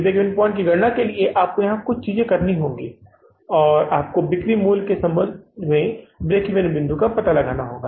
break even बिंदु की गणना के लिए आपको यहां कुछ चीजें करनी होंगी और आपको बिक्री के मूल्य के संदर्भ में ब्रेक ईवन बिंदु का पता लगाना होगा